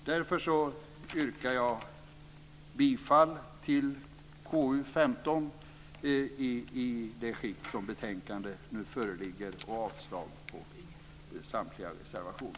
Därför yrkar jag bifall till hemställan i KU15 i det skick som betänkandet nu föreligger och avslag på samtliga reservationer.